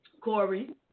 Corey